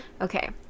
Okay